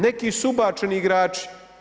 Neki su ubačeni igrači.